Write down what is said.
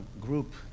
group